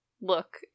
look